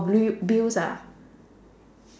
bil~ bills ah